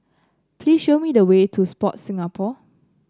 please show me the way to Sport Singapore